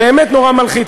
באמת, נורא מלחיץ.